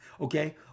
Okay